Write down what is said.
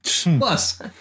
Plus